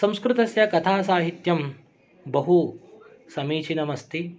संस्कृतस्य कथासाहित्यं बहुसमीचीनम् अस्ति